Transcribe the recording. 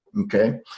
Okay